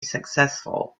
successful